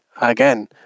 again